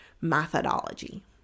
methodology